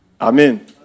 Amen